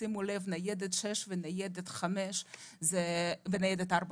שימו לב, ניידת שש, ניידת חמש וניידת ארבע